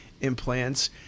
implants